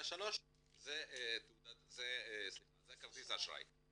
ושלישי זה כרטיס האשראי.